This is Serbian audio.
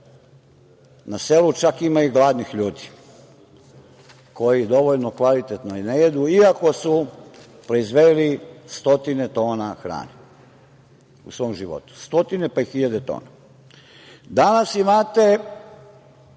na selu čak ima i gladnih ljudi koji dovoljno kvalitetno i ne jedu, iako su proizveli stotine tona hrane u svom životu, stotine, pa i hiljade tona. Danas imate